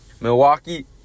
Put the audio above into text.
Milwaukee